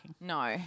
No